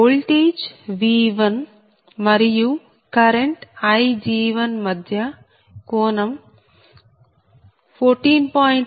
voltage V1 మరియు current Ig1 మధ్య కోణం14